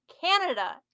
Canada